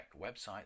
website